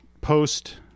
post